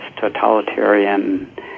totalitarian